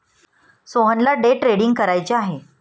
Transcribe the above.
सोहनला day trading करायचे आहे